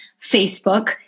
Facebook